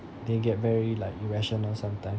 they get very like irrational sometimes